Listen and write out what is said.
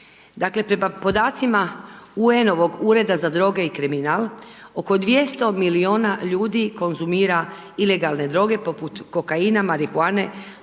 Dakle, prema podacima UN-ovog ureda za droge i kriminal oko 200 miliona ljudi konzumira ilegalne droge poput kokaina, marihuane,